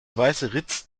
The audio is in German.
weißeritz